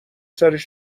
سرش